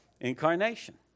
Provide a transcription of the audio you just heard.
Incarnation